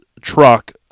truck